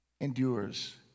endures